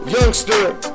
youngster